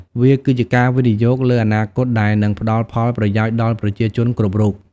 វាគឺជាការវិនិយោគលើអនាគតដែលនឹងផ្តល់ផលប្រយោជន៍ដល់ប្រជាជនគ្រប់រូប។